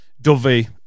dovey